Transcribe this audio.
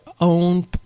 own